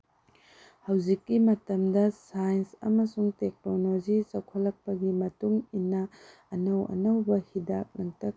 ꯍꯧꯖꯤꯛꯀꯤ ꯃꯇꯝꯗ ꯁꯥꯏꯟꯁ ꯑꯃꯁꯨꯡ ꯇꯦꯛꯅꯣꯂꯣꯖꯤ ꯆꯥꯎꯈꯠꯂꯛꯄꯒꯤ ꯃꯇꯨꯡꯏꯟꯅ ꯑꯅꯧ ꯑꯅꯧꯕ ꯍꯤꯗꯥꯛ ꯂꯥꯡꯊꯛ